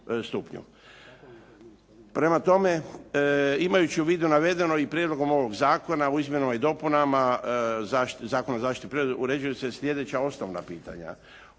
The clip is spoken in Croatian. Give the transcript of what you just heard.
Prema tome, imajući u vidu navedeno i prijedlogom ovog zakona u izmjenama i dopunama Zakona o zaštiti prirode uređuju se sljedeća osnovna pitanja.